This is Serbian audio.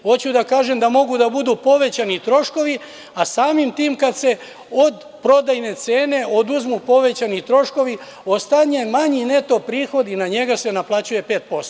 Hoću da kažem da mogu da budu povećani troškovi, a samim tim, kada se od prodajne cene oduzmu povećani troškovi, ostaje manji neto prihod i na njega se naplaćuje 5%